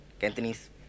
Cantonese